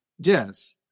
jazz